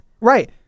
Right